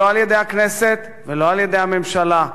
לא על-ידי הכנסת ולא על-ידי הממשלה,